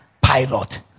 pilot